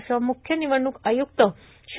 असं मुख्य निवडणूक आय्रक्त श्री